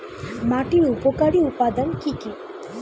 মাটির উপকারী উপাদান কি কি?